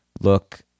look